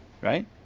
right